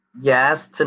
yes